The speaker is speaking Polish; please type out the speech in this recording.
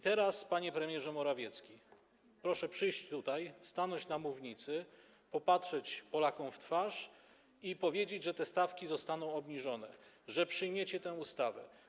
Teraz, panie premierze Morawiecki, proszę przyjść tutaj, stanąć na mównicy, popatrzeć Polakom w twarz i powiedzieć, że te stawki zostaną obniżone, że przyjmiecie tę ustawę.